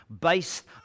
based